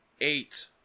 eight